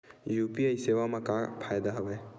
UPI सेवा मा का फ़ायदा हवे?